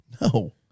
No